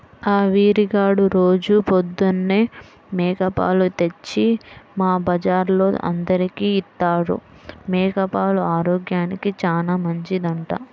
ఆ వీరిగాడు రోజూ పొద్దన్నే మేక పాలు తెచ్చి మా బజార్లో అందరికీ ఇత్తాడు, మేక పాలు ఆరోగ్యానికి చానా మంచిదంట